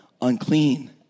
unclean